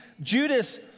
Judas